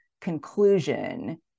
conclusion